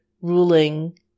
ruling